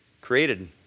created